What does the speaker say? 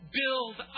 build